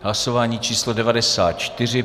Hlasování číslo 94.